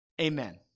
amen